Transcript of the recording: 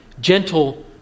gentle